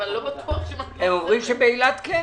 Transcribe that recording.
הם אומרים שבאילת כן.